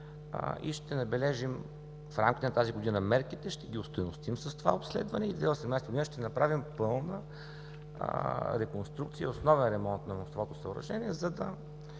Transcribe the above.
Ще набележим, в рамката на тази година мерките, ще ги остойностим с това обследване и 2018 г. ще направим пълна реконструкция и основен ремонт на мостовото съоръжение, за да